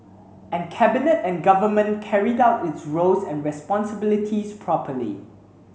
and Cabinet and Government carried out its roles and responsibilities properly